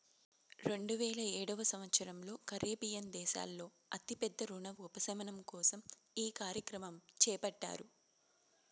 రెండువేల ఏడవ సంవచ్చరంలో కరేబియన్ దేశాల్లో అతి పెద్ద రుణ ఉపశమనం కోసం ఈ కార్యక్రమం చేపట్టారు